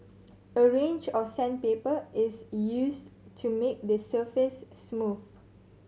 a range of sandpaper is used to make the surface smooth